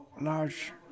large